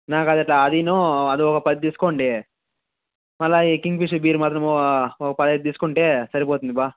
నాకది అలా అదీను అదొక పది తీసుకొండి మళ్ళీ ఈ కింగ్ఫిషరు బీరు మాత్రము ఒక పదిహేను తీసుకుంటే సరిపోతుంది బావ